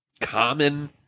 common